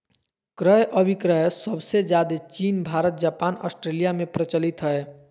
क्रय अभिक्रय सबसे ज्यादे चीन भारत जापान ऑस्ट्रेलिया में प्रचलित हय